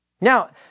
Now